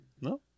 No